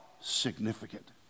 Significant